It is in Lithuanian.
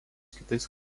kitais